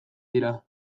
dira